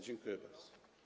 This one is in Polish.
Dziękuję bardzo.